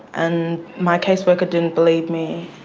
and my case worker didn't believe me,